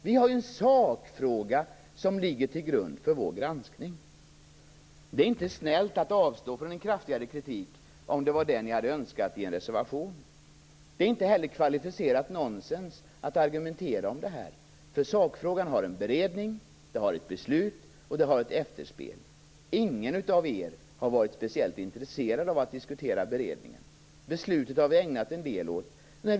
Vi har en sakfråga som ligger till grund för vår granskning. Det är inte snällt att avstå från en kraftigare kritik i en reservation om det är det ni önskar. Det är inte heller kvalificerat nonsens att argumentera om detta. Sakfrågan har en beredning. Det fattas ett beslut, och det blir ett efterspel. Ingen av er har varit speciellt intresserad av att diskutera beredningen. Beslutet har vi ägnat en del tid åt.